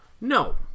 No